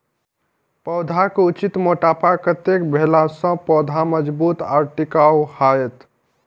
पौधा के उचित मोटापा कतेक भेला सौं पौधा मजबूत आर टिकाऊ हाएत?